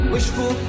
Wishful